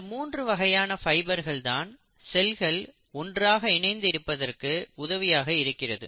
இந்த மூன்று வகையான ஃபைபர்கள் தான் செல்கள் ஒன்றாக இணைந்து இருப்பதற்கு உதவியாக இருக்கிறது